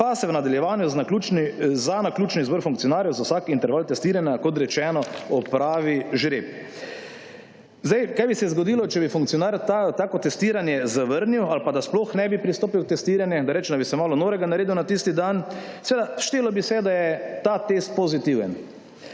pa se v nadaljevanju za naključni / nerazumljivo/ funkcionarjev za vsak interval testiranja, kot rečeno, opravi žreb. Zdaj, kaj bi se zgodilo, če bi funkcionar tako testiranje zavrnil ali pa da sploh ne bi pristopil k testiranju, da rečem, da bi se malo norega naredil na tisti dan. Seveda, štelo bi se, da je ta test pozitiven.